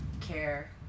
care